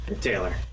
Taylor